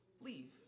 leave